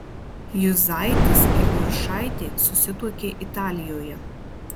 juzaitis ir juršaitė susituokė italijoje